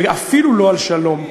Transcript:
ואפילו לא על שלום.